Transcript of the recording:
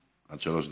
עד שלוש דקות.